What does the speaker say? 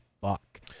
fuck